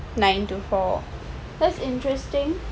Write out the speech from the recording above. nine to four that's interesting